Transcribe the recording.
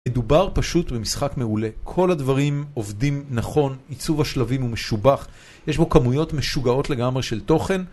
מדובר פשוט במשחק מעולה, כל הדברים עובדים נכון, עיצוב השלבים הוא משובח, יש בו כמויות משוגעות לגמרי של תוכן